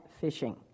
fishing